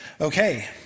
Okay